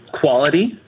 Quality